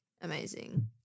amazing